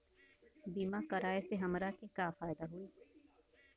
बीमा कराए से हमरा के का फायदा होई?